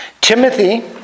Timothy